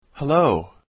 Hello